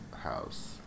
house